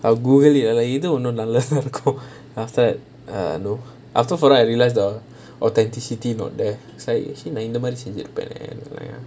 I will google it இது ஒன்னு நல்லா இருக்கும்:ithu onnu nallaa irukum after that err know after for awhile I realise the authencity not there நான் இந்த மாரி செஞ்சி இருப்பானே:naan intha maari senji iruppaanae